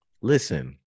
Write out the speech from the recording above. Listen